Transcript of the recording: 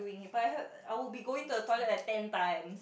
but I heard I will be going to the toilet at ten time